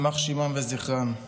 יימח שמם וזכרם.